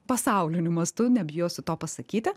pasauliniu mastu nebijosiu to pasakyti